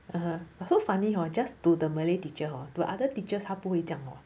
(uh huh) so funny orh just to the malay teacher hor to other teachers 他不会这样 hor